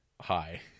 Hi